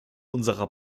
unserer